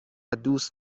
دوست